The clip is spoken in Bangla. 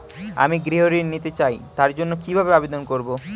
আমি গৃহ ঋণ নিতে চাই তার জন্য কিভাবে আবেদন করব?